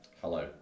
Hello